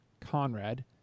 Conrad